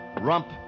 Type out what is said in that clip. rump